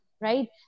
right